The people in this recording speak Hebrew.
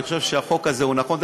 אני חושב שהחוק הזה הוא נכון.